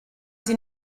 sie